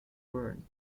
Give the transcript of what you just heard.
burn